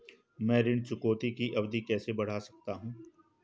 मैं ऋण चुकौती की अवधि कैसे बढ़ा सकता हूं?